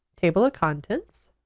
table of contents.